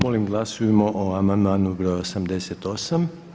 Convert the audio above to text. Molim glasujmo o amandmanu br. 88.